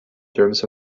terms